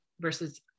versus